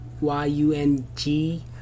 Y-U-N-G